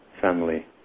family